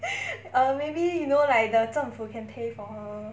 err maybe you know like the 政府 can pay for her